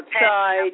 outside